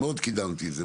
מאוד קידמתי את זה.